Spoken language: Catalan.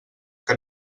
que